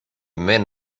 men